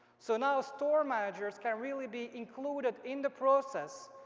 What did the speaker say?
so now store managers can really be included in the process,